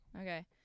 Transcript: Okay